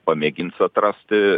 pamėgins atrasti